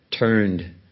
Turned